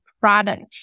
product